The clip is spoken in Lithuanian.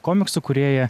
komiksų kūrėja